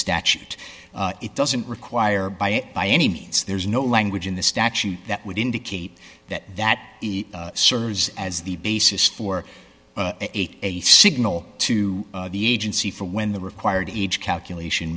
statute it doesn't require by it by any means there is no language in the statute that would indicate that that serves as the basis for a signal to the agency for when the required age calculation